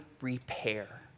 repair